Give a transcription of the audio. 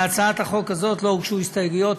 להצעת החוק הזאת לא הוגשו הסתייגויות.